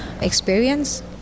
experience